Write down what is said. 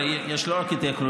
הרי יש לא רק התייקרויות,